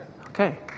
Okay